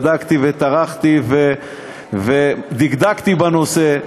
בדקתי וטרחתי ודקדקתי בנושא,